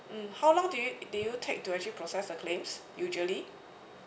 mm how long do you do you take to actually process the claim usually